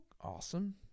awesome